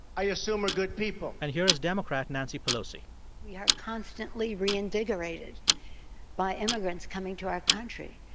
i assume, are good people and here is democrat nancy pelosi we are constantly reinvigorated by immigrants coming to our country.